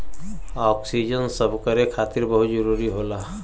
oxygen सभकरे खातिर बहुते जरूरी होला